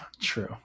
true